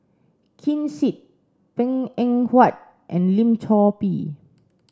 Ken Seet Png Eng Huat and Lim Chor Pee